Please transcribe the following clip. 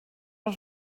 els